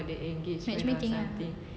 match making ah